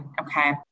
Okay